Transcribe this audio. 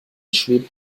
schwebt